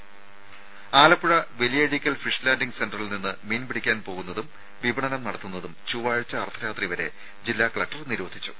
രമേ ആലപ്പുഴ വലിയഴീക്കൽ ഫിഷ്ലാന്റിംഗ് സെന്ററിൽ നിന്ന് മീൻ പിടിക്കാൻ പോകുന്നതും വിപണനം നടത്തുന്നതും ചൊവ്വാഴ്ച അർദ്ധരാത്രി വരെ ജില്ലാ കലക്ടർ നിരോധിച്ചു